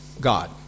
God